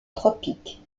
tropiques